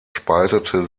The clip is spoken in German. spaltete